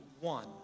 one